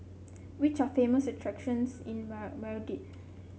which are famous attractions in Madrid